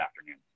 afternoon